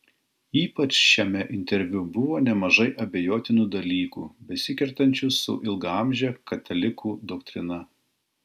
ypač šiame interviu buvo nemažai abejotinų dalykų besikertančių su ilgaamže katalikų doktrina